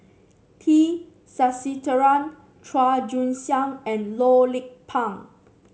T Sasitharan Chua Joon Siang and Loh Lik Peng